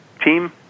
team